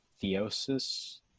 theosis